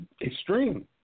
extreme